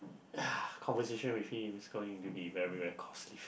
ya conversation with him it's going to be very very costly